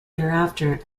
thereafter